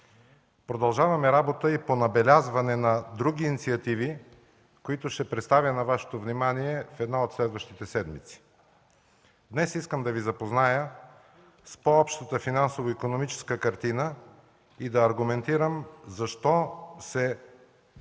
Продължаваме работа и по набелязване на други инициативи, които ще представя на Вашето внимание в една от следващите седмици. Днес искам да Ви запозная с по-общата финансово-икономическа картина и да аргументирам защо се налага